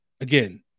again—